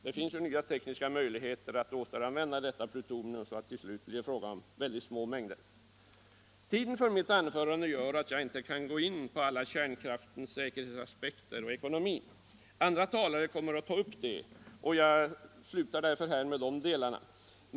Det finns nya tekniska möj ligheter att återanvända detta plutonium så att det till slut blir fråga om mycket små mängder. Tiden för mitt anförande medger inte att jag närmare går in på kärnkraftens alla säkerhetsaspekter och ekonomi. Andra talare kommer att beröra de frågorna. Jag lämnar därför dessa delar.